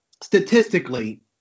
statistically